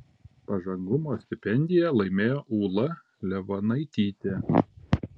pažangumo stipendiją laimėjo ūla levanaitytė